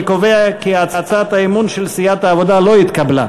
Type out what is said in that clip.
אני קובע כי הצעת האי-אמון של סיעת העבודה לא התקבלה.